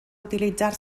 utilitzar